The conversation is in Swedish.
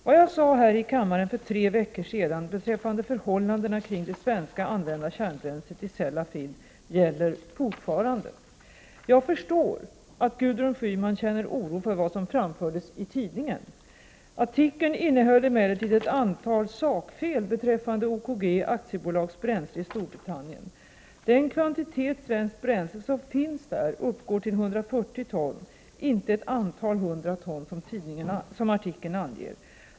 Vad jag sade här i kammaren för tre veckor sedan beträffande förhållandena kring det svenska använda kärnbränslet i Sellafield gäller fortfarande. Jag förstår att Gudrun Schyman känner oro för vad som framfördes i tidningen. Artikeln innehöll emellertid ett antal sakfel beträffande OKG Aktiebolags bränsle i Storbritannien. Den kvantitet svenskt bränsle som finns där uppgår till 140 ton, inte ett antal hundra ton som artikeln anger.